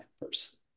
person